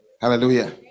Hallelujah